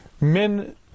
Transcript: Men